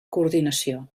coordinació